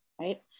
right